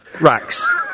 racks